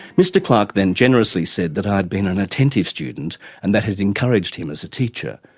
mr clarke then generously said that i had been an attentive student and that had encouraged him as a teacher.